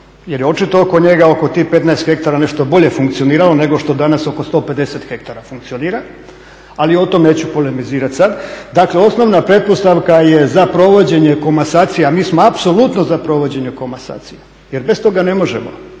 jer je očito oko njega, oko tih 15 hektara nešto bolje funkcioniralo nego što danas oko 150 hektara funkcionira ali o tome neću polemizirati sad. Dakle osnovna pretpostavka je za provođenje komasacije a mi smo apsolutno za provođenje komasacije jer bez toga ne možemo,